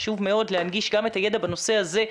חשוב מאוד להנגיש גם את הידע בנושא הזה,